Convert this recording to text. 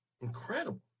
Incredible